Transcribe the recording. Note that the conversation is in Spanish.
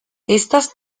estas